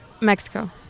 Mexico